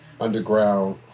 underground